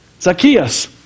Zacchaeus